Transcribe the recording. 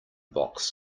box